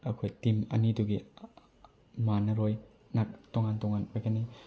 ꯑꯩꯈꯣꯏ ꯇꯤꯝ ꯑꯅꯤꯗꯨꯒꯤ ꯃꯥꯟꯅꯔꯣꯏ ꯇꯣꯉꯥꯟ ꯇꯣꯉꯥꯟ ꯑꯣꯏꯒꯅꯤ